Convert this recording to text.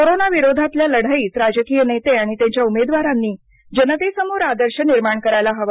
कोरोनाविरोधातल्या लढाईत राजकीय नेते आणि त्यांच्या उमेदवारांनी जनतेसमोर आदर्श निर्माण करायला हवा